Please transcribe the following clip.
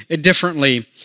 differently